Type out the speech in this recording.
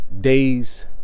Days